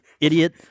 idiot